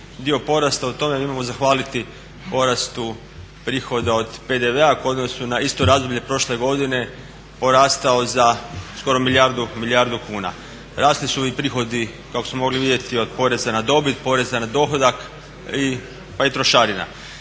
dio porasta od toga imamo zahvaliti porastu prihoda od PDV-a u odnosu na isto razdoblje prošle godine porastao za skoro za milijardu kuna. Rasli su i prihodi kako smo mogli vidjeti o poreza na dobit, poreza na dohodak pa i trošarina.